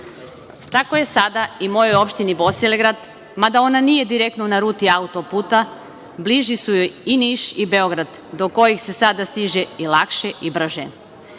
je sada i mojoj opštini Bosilegrad, mada ona nije direktno na ruti auto-puta, bliži su joj i Niš i Beograd, do kojih se sada stiže i lakše i brže.